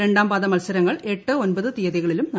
രണ്ടാം പാദ മത്സരങ്ങൾ എട്ട് ഒമ്പത് തീയതികളിൽ നടക്കും